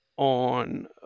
on